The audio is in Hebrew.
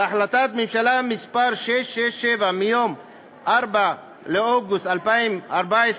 בהחלטת הממשלה מס' 667, מיום 4 באוגוסט 2014,